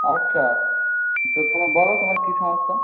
আচ্ছা তো তুমি বলো তোমার কী সমস্যা